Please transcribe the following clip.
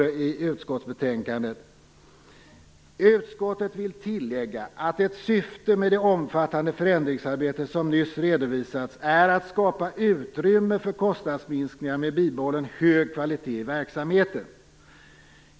Men i utskottsbetänkandet står det: "Utskottet vill tillägga att ett syfte med det omfattande förändringsarbete som nyss redovisats är att skapa utrymme för kostnadsminskningar med bibehållen hög kvalitet i verksamheten.